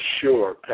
sure